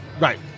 right